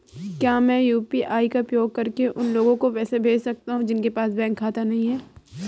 क्या मैं यू.पी.आई का उपयोग करके उन लोगों को पैसे भेज सकता हूँ जिनके पास बैंक खाता नहीं है?